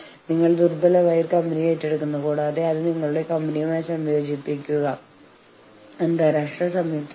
അതിനാൽ സ്ഥാപനമെന്ന നിലയിൽ നിങ്ങൾ ജീവനക്കാർക്ക് സ്വയം പ്രതിരോധിക്കാനുള്ള അവസരം നൽകുന്നു